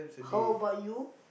how about you